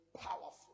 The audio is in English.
powerful